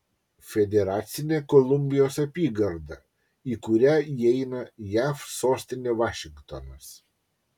federacinė kolumbijos apygarda į kurią įeina jav sostinė vašingtonas